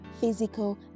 physical